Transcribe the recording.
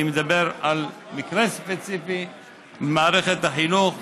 אני מדבר על מקרה ספציפי במערכת החינוך.